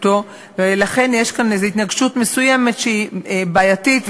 ולכן יש כאן התנגשות מסוימת שהיא בעייתית,